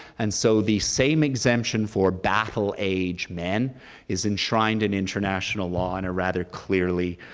and so the same exemption for battle-age men is enshrined in international law in a rather clearly